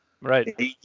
right